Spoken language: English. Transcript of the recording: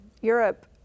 Europe